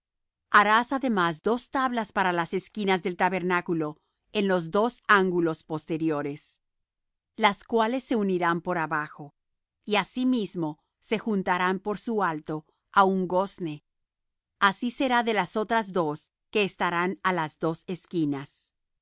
harás además dos tablas para las esquinas del tabernáculo en los dos ángulos posteriores las cuales se unirán por abajo y asimismo se juntarán por su alto á un gozne así será de las otras dos que estarán á las dos esquinas